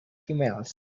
females